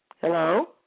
Hello